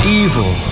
evil